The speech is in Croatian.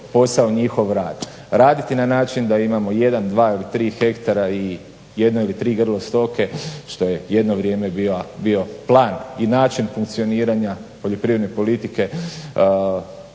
posao, njihov rad. Raditi na način da imamo 1., 2. ili 3. hektar ili 1. ili 3. grlo stoke što je jedno vrijeme bio plan i način funkcioniranja poljoprivredne politike